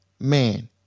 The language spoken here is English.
man